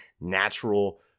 natural